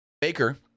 Baker